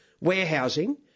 warehousing